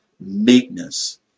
meekness